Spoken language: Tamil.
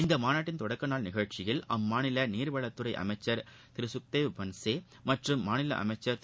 இம்மாநாட்டின் தொடக்க நாள் நிகழ்ச்சியில் அம்மாநில நீர்வளத்துறை அமைச்சர் திரு கக்தேவ் பன்சே மற்றும் மாநில அமைச்சர் திரு